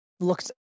looked